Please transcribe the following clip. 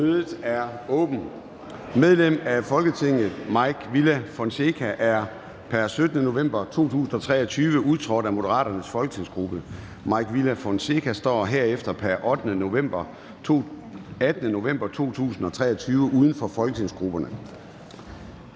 Mødet er åbnet. Medlem af Folketinget Mike Villa Fonseca er pr. 17. november 2023 udtrådt af Moderaternes folketingsgruppe. Mike Villa Fonseca står herefter pr. 18. november 2023 uden for folketingsgrupperne